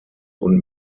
und